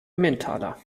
emmentaler